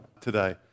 today